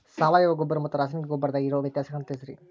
ಸಾವಯವ ಗೊಬ್ಬರ ಮತ್ತ ರಾಸಾಯನಿಕ ಗೊಬ್ಬರದಾಗ ಇರೋ ವ್ಯತ್ಯಾಸಗಳನ್ನ ತಿಳಸ್ರಿ